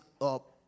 up